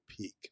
peak